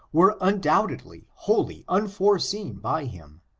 were undoubtedly wholly unfore seen by him,